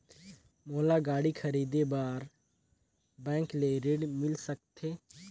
मोला गाड़ी खरीदे बार बैंक ले ऋण मिल सकथे?